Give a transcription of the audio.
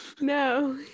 No